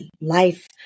life